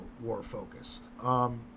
War-focused